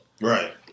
Right